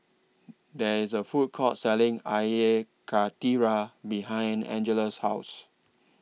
There IS A Food Court Selling Air Karthira behind Angelica's House